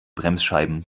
bremsscheiben